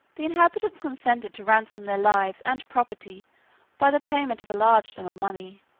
the inhabitants consented to ransom their lives and property by the payment of a large sum of money,